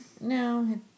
No